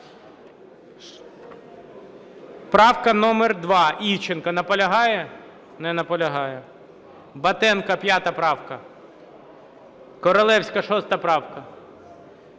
Правка номер 2, Івченко. Наполягає? Не наполягає. Батенко, 5 правка. Королевська, 6 правка.